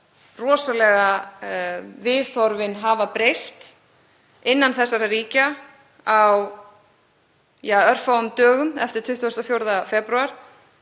rosalega viðhorfin hafa breyst innan þessara ríkja á örfáum dögum eftir 24. febrúar